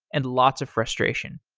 and lots of frustration.